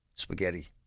spaghetti